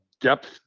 depth